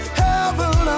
heaven